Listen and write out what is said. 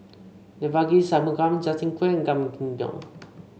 Devagi Sanmugam Justin Quek and Gan Kim Yong